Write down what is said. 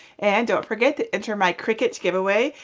and don't forget to enter my cricut giveaway,